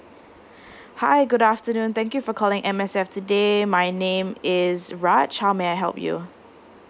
hi good afternoon thank you for calling M_S_F today my name is raj how may I help you